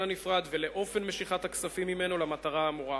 הנפרד ואופן משיכת הכספים ממנו למטרה האמורה.